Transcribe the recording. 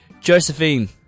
Josephine